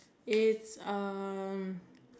it's um